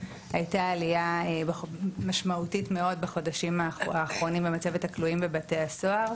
הייתה עלייה משמעותית מאוד בחודשים האחרונים במצבת הכלואים בבתי הסוהר,